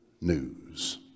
news